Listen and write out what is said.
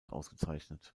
ausgezeichnet